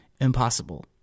Impossible